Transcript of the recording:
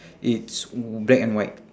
it's w~ black and white